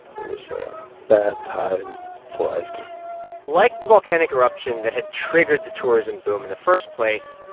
it was a bad time for iceland like the volcanic eruption that had triggered the tourism boom in the first place,